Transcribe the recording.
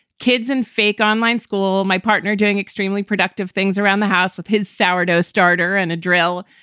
kids and fake online school, my partner are doing extremely productive things around the house with his sour dough starter and a drill.